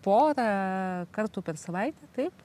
porą kartų per savaitę taip